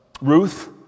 Ruth